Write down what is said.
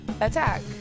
Attack